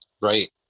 Right